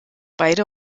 beide